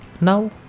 Now